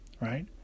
right